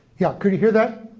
yeah, could you hear that?